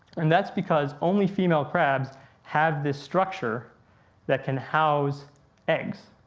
and that's because only female crabs have this structure that can house eggs.